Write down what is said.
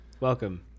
Welcome